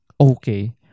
Okay